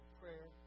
prayer